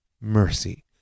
mercy